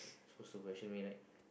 suppose to question me right